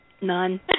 None